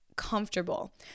comfortable